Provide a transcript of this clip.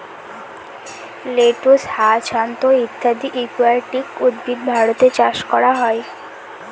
lettuce, hyacinth ইত্যাদি aquatic উদ্ভিদ ভারতে চাষ করা হয়